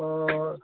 অঁ